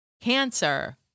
Cancer